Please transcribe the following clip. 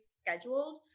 scheduled